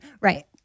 right